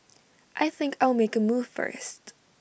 I think I'll make A move first